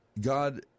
God